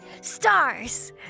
stars